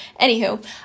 anywho